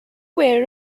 were